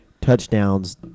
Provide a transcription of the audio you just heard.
touchdowns